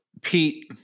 pete